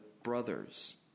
Brothers